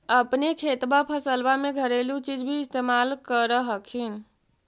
अपने खेतबा फसल्बा मे घरेलू चीज भी इस्तेमल कर हखिन?